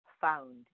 found